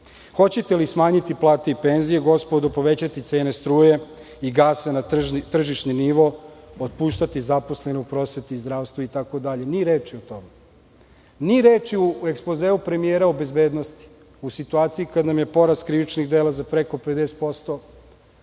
Hoćete li smanjiti plate i penzije gospodo? Povećati cenu struje, gasa, na tržišni nivo, otpuštati zaposlene u prosveti, zdravstvu itd? Ni reči o tome. Ni reči u ekspozeu premijera o bezbednosti. U situaciji kada nam je porast krivičnih dela za preko 50%,